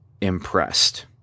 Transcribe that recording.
impressed